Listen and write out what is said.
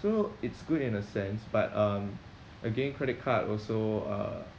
so it's good in a sense but um again credit card also uh